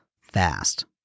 fast